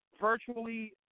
virtually